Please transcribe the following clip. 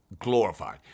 glorified